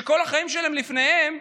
שכל החיים שלהם לפניהם,